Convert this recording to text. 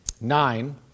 Nine